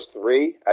three